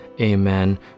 Amen